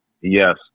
Yes